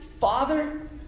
Father